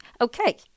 okay